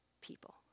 people